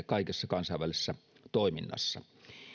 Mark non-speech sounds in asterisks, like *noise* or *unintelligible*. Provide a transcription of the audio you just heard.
*unintelligible* kaikessa kansainvälisessä toiminnassa